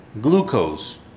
glucose